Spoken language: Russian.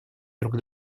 друг